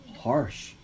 harsh